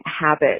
habit